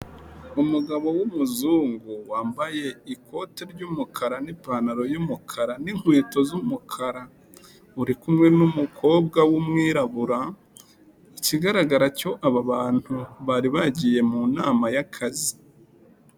Umugabo w'umuzungu wambaye ikote ry'umukara n'ipantaro y'umukara n'inkweto z'umukara uri kumwe n'umukobwa w'umwirabura. Ikigaragara cyo aba bantu bari bagiye mu nama y'akazi.